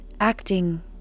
acting